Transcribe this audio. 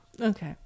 Okay